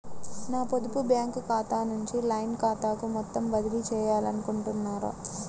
నా పొదుపు బ్యాంకు ఖాతా నుంచి లైన్ ఖాతాకు మొత్తం బదిలీ చేయాలనుకుంటున్నారా?